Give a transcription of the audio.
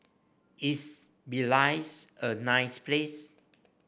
is Belize a nice place